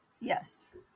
Yes